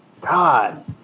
God